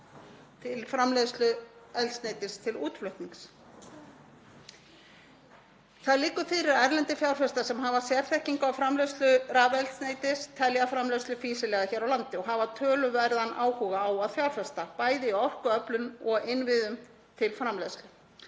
til framleiðslu eldsneytis til útflutnings? Það liggur fyrir að erlendir fjárfestar sem hafa sérþekkingu á framleiðslu rafeldsneytis telja framleiðslu fýsilega hér á landi og hafa töluverðan áhuga á að fjárfesta, bæði í orkuöflun og innviðum til framleiðslu.